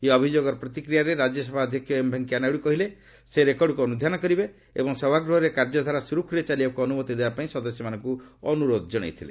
ଏହି ଅଭିଯୋଗର ପ୍ରତିକ୍ରିୟାରେ ରାଜ୍ୟସଭା ଅଧ୍ୟକ୍ଷ ଏମ୍ ଭେଙ୍କିୟା ନାଇଡୁ କହିଲେ ସେ ରେକର୍ଡ଼କୁ ଅନୁଧ୍ଧାନ କରିବେ ଏବଂ ସଭାଗୃହରେ କାର୍ଯ୍ୟଧାରା ସୁରୁଖୁରୁରେ ଚାଲିବାକୁ ଅନୁମତି ଦେବାପାଇଁ ସଦସ୍ୟମାନଙ୍କୁ ଅନୁରୋଧ ଜଣାଇଥିଲେ